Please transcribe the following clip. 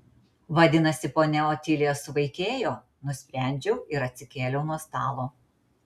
vadinasi ponia otilija suvaikėjo nusprendžiau ir atsikėliau nuo stalo